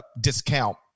discount –